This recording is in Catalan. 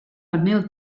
pernil